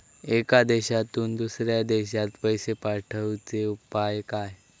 एका देशातून दुसऱ्या देशात पैसे पाठवचे उपाय काय?